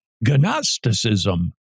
Gnosticism